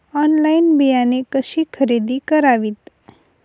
Online बियाणे कशी खरेदी करावीत?